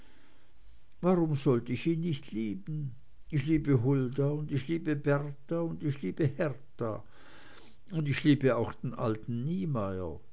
warum soll ich ihn nicht lieben ich liebe hulda und ich liebe bertha und ich liebe hertha und ich liebe auch den alten niemeyer